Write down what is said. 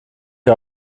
die